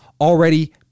already